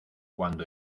cuando